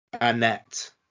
Annette